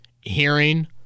hearing